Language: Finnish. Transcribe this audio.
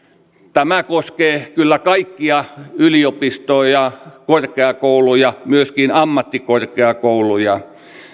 tämä koskee kyllä kaikkia yliopistoja korkeakouluja myöskin ammattikorkeakouluja